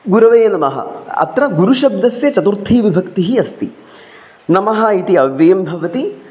गुरवे नमः अत्र गुरुशब्दस्य चतुर्थीविभक्तिः अस्ति नमः इति अव्ययं भवति